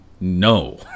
no